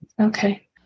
Okay